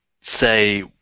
say